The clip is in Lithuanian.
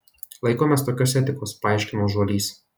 laikomės tokios etikos paaiškino žuolys